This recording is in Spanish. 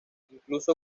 incluso